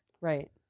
Right